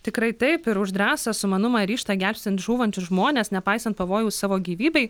tikrai taip ir už drąsą sumanumą ryžtą gelbstint žūvančius žmones nepaisant pavojaus savo gyvybei